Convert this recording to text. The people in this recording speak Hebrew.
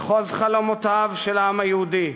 מחוז חלומותיו של העם היהודי.